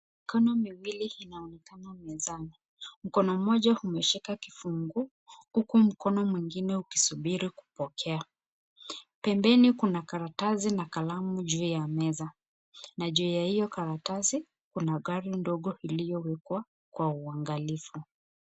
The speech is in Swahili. Mikono miwili inaonekana mezani. Mkono mmoja umeshika kifunguo huku mkono mwingine ukisubiri kupokea. Pembeni kuna karatasi na kalamu juu ya meza na juu ya hiyo karatasi, kuna gari ndogo iliyowekwa kwa uangalifu.